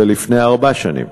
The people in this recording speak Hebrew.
זה לפני ארבע שנים.